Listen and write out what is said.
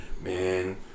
man